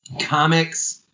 comics